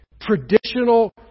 traditional